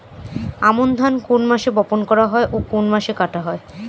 আমন ধান কোন মাসে বপন করা হয় ও কোন মাসে কাটা হয়?